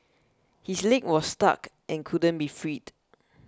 his leg was stuck and couldn't be freed